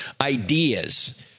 ideas